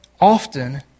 often